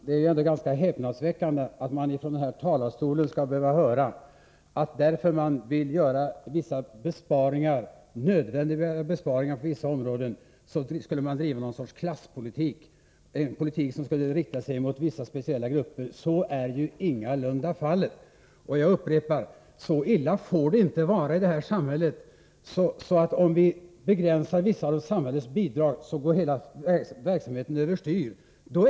Herr talman! Det är ganska häpnadsväckande att man skall behöva höra från denna talarstol att man, därför att man vill göra nödvändiga besparingar på vissa områden, skulle bedriva någon sorts klasspolitik, en politik som skulle rikta sig mot vissa speciella grupper. Så är ingalunda fallet. Jag upprepar: Det är inte så illa ställt i vårt samhälle att hela verksamheten går över styr, om vi begränsar vissa av bidragen från samhället. I så fall är det fel på verksamheten, herr talman.